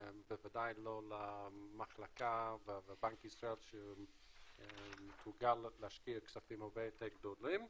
בוודאי לא למחלקה ולבנק ישראל שמתורגל להשקיע בכספים הרבה יותר גדולים.